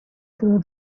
through